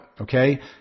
Okay